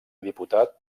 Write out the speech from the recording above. diputat